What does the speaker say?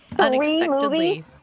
Unexpectedly